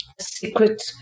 secret